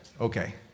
okay